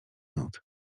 nut